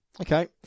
Okay